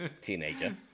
teenager